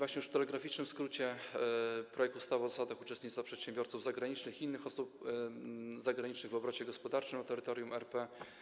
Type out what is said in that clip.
I już w telegraficznym skrócie - projekt ustawy o zasadach uczestnictwa przedsiębiorców zagranicznych i innych osób zagranicznych w obrocie gospodarczym na terytorium RP.